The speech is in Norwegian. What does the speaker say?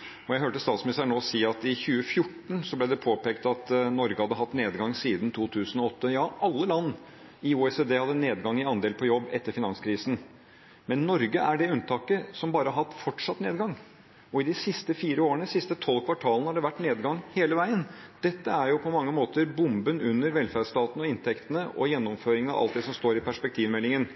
ned. Jeg hørte statsministeren nå si at i 2014 ble det påpekt at Norge hadde hatt nedgang siden 2008. Ja, alle land i OECD hadde nedgang i andelen som er i jobb etter finanskrisen, men Norge er det unntaket som bare har hatt fortsatt nedgang. I de siste fire årene, i de siste tolv kvartalene, har det vært nedgang hele veien. Dette er på mange måter bomben under velferdsstaten og inntektene og gjennomføringen av alt det som står i perspektivmeldingen.